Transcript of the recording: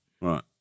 Right